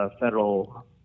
federal